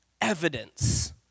evidence